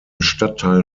stadtteil